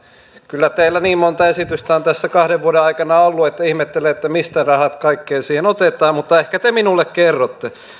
kyllä teillä niin monta esitystä on tässä kahden vuoden aikana ollut että ihmettelen mistä rahat kaikkeen siihen otetaan mutta ehkä te minulle kerrotte